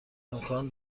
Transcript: امکان